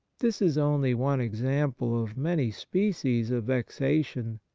this is only one example of many species of vexation,